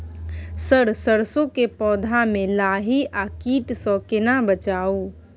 Sir सरसो के पौधा में लाही आ कीट स केना बचाऊ?